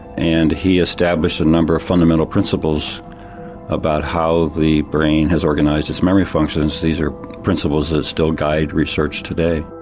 and he established a number of fundamental fundamental principles about how the brain has organised its memory functions. these are principles that still guide research today.